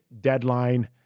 deadline